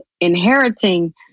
inheriting